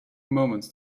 moments